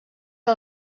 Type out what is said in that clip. que